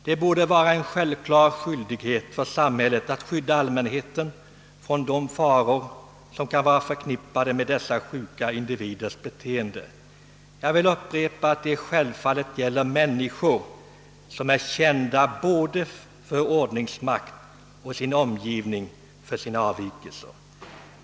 Det borde vara en självklar skyldighet för samhället att skydda allmänheten mot de faror, som kan vara förknippade med sådana sjuka individers beteende. Jag vill uppre pa, att detta självfallet gäller människor som är kända både av ordningsmakten och av den närmaste omgivningen för sina avvikelser.